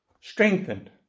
strengthened